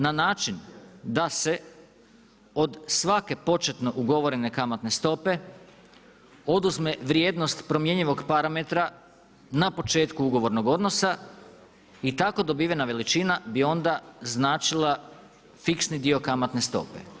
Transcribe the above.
Na način da se od svake početno ugovoreno kamatne stope, oduzme vrijednost promjenjivog parametra na početku ugovornog odnosa i tako dobivena veličina bi onda značila fiksni dio kamatne stope.